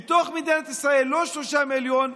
בתוך מדינת ישראל לא שלושה מיליון,